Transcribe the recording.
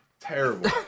Terrible